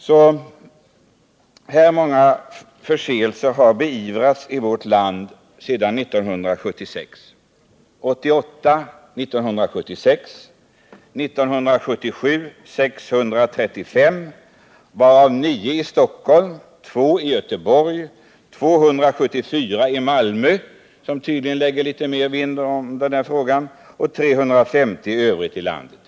Går man tillbaka till 1976 finner man att förseelser beivrats enligt följande: 88 år 1976, 635 år 1977, varav 9 i Stockholm, 2 i Göteborg, 274 i Malmö — som tydligen fäster litet större avseende vid den här saken — och 350 i övrigt i landet.